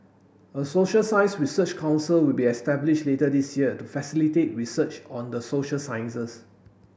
a social science research council will be established later this year to facilitate research on the social sciences